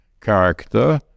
character